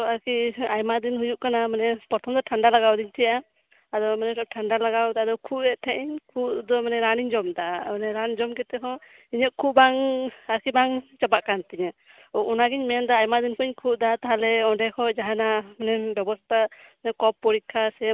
ᱴᱷᱟᱱᱰᱟ ᱞᱟᱜᱟᱣ ᱛᱮ ᱟᱫ ᱠᱷᱩᱜ ᱮᱫ ᱛᱟᱦᱮᱸᱫ ᱤᱧ ᱠᱷᱩᱜ ᱫᱚ ᱢᱟᱱᱮ ᱨᱟᱱᱤᱧ ᱡᱚᱢᱮᱫᱟ ᱢᱟᱱᱮ ᱨᱟᱱ ᱡᱚᱢ ᱠᱟᱛᱮ ᱦᱚᱸ ᱤᱧᱟᱹᱜ ᱠᱷᱩᱜ ᱟᱨᱠᱤ ᱵᱟᱝ ᱪᱟᱵᱟᱜ ᱠᱟᱱ ᱛᱤᱧᱟᱹ ᱚ ᱚᱱᱟᱜᱤᱧ ᱢᱮᱱᱮᱫᱟ ᱟᱭᱢᱟ ᱫᱤᱱ ᱠᱷᱚᱡ ᱤᱧ ᱠᱷᱩᱜ ᱮᱫᱟ ᱛᱟᱦᱞᱮ ᱚᱸᱰᱮ ᱠᱷᱚᱡ ᱡᱟᱦᱟᱮᱱᱟᱜ ᱵᱮᱱ ᱵᱮᱵᱚᱥᱛᱷᱟ ᱠᱚᱯᱷ ᱯᱚᱨᱤᱠᱠᱷᱟ ᱥᱮ ᱢᱟᱭᱟᱝ ᱴᱮᱥᱴ ᱚᱱᱟ ᱠᱚ ᱦᱩᱭᱩᱜᱼᱟ